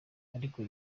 ariko